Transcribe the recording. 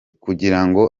kugirango